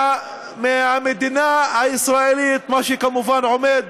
מהמדינה הישראלית, מה שכמובן עומד